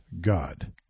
God